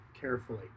carefully